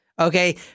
Okay